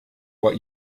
what